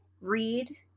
read